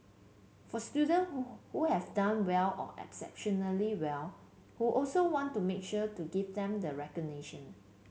for students who who have done well or exceptionally well who also want to make sure to give them the recognition